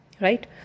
right